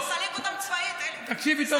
אתה מכניס לי דברים לפה, שלא אמרתי.